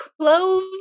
Clove